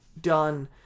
done